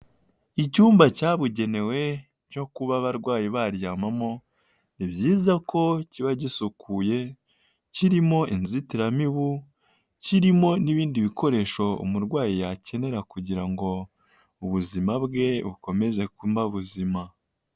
Icyumba cyabugenewe cyo kuba abarwayi baryamamo, ni byiza ko kiba gisukuye kirimo inzitiramibu, kirimo n'ibindi bikoresho umurwayi yakenera kugira ngo ubuzima bwe bukomeze kuba buzima.